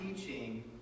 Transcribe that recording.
teaching